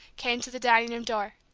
came to the dining-room door.